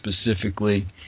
specifically